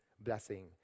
Blessing